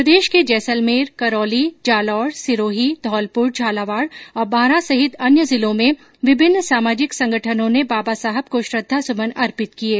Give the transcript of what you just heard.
प्रदेश के जैसलमेर करौली जालौर सिरोही धौलपुर झालावाड़ और बारां सहित अन्य जिलों में विभिन्न सामाजिक संगठनों ने बाबा साहेब को श्रद्वासुमन अर्पित किये